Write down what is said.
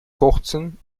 kurzen